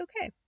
okay